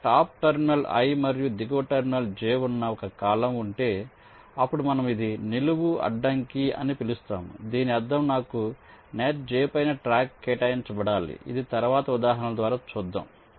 ఇక్కడ top terminal i మరియు దిగువ టెర్మినల్ j ఉన్న ఒక కాలమ్ ఉంటే అప్పుడు మనము అది నిలువు అడ్డంకి అని పిలుస్తాము దీని అర్థం నాకు నెట్ j పైన ట్రాక్ కేటాయించబడాలి ఇది తరువాత ఉదాహరణల ద్వారా చూద్దాం